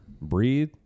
breathe